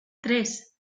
tres